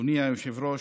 אדוני היושב-ראש,